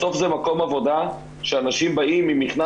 בסוף זה מקום עבודה שאנשים באים עם מכנס